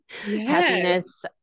happiness